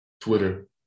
Twitter